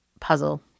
puzzle